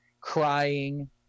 crying